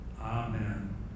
Amen